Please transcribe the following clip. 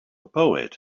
poet